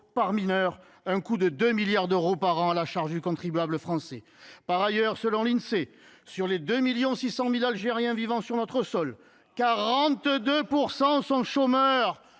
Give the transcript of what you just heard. par mineur, soit 2 milliards d’euros par an à la charge du contribuable français ! Par ailleurs, selon l’Insee, sur les 2,6 millions d’Algériens vivant sur notre sol, 42 % sont chômeurs